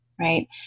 right